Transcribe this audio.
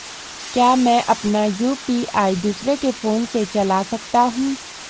क्या मैं अपना यु.पी.आई दूसरे के फोन से चला सकता हूँ?